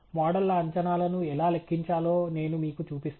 మోడళ్ల అంచనాలను ఎలా లెక్కించాలో నేను మీకు చూపిస్తాను